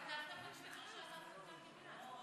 כתבת בטוויטר שעזבת את הבניין.